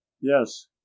Yes